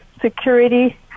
security